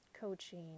coaching